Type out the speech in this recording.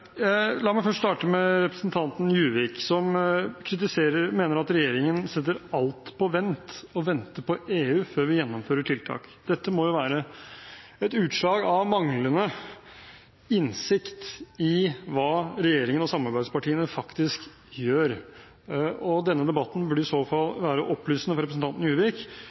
La meg starte med representanten Juvik, som mener regjeringen setter alt på vent og venter på EU før vi gjennomfører tiltak. Dette må jo være et utslag av manglende innsikt i hva regjeringen og samarbeidspartiene faktisk gjør. Denne debatten burde i så fall være opplysende for representanten Juvik,